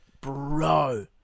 Bro